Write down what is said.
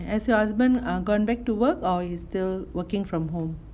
has your husband err gone back to work or he's still working from home